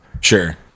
Sure